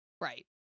right